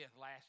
last